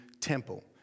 temple